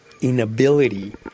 inability